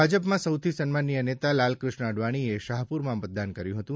ભાજપમાં સૌથી સન્માનિય નેતા લાલક્રષ્ણ અડવાણીએ શાહપુરમાં મતદાન કર્યું હતું